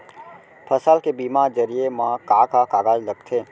फसल के बीमा जरिए मा का का कागज लगथे?